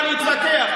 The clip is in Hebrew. יש לנו על מה להתווכח,